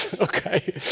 okay